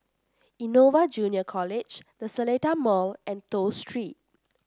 Innova Junior College The Seletar Mall and Toh Street